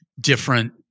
different